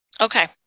Okay